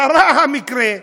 קרה המקרה,